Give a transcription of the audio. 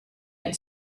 had